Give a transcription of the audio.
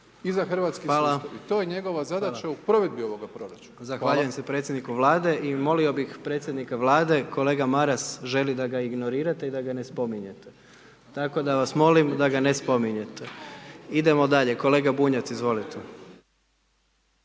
i za hrvatski sustav. I to je njegova zadaća u provedbi ovoga proračuna. Hvala. **Jandroković, Gordan (HDZ)** Hvala. Zahvaljujem se predsjedniku Vlade i molio bi predsjednika Vlade, kolega Maras, želi da ga ignorirate i da ga ne spominjete. Tako da vas molim da ga ne spominjete. Idemo dalje, kolega Bunjac, izvolite.